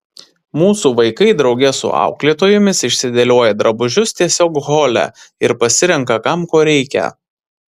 mūsų vaikai drauge su auklėtojomis išsidėlioja drabužius tiesiog hole ir pasirenka kam ko reikia